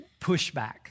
pushback